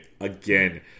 Again